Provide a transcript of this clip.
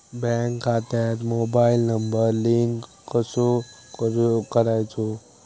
Bank खात्यात mobile number link कसो करायचो?